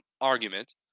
argument